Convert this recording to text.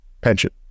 pension